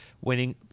winning